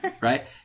right